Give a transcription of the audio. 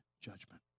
judgment